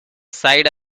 side